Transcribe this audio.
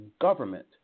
government